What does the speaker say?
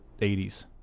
80s